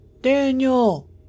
Daniel